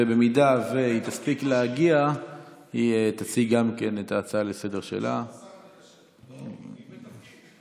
ואם היא תספיק להגיע גם היא תציג את ההצעה לסדר-היום שלה.